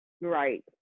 Right